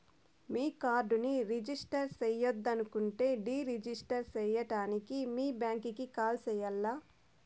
మీ కార్డుని రిజిస్టర్ చెయ్యొద్దనుకుంటే deregister సేయడానికి మీ బ్యాంకీకి కాల్ సెయ్యాల్ల